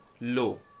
low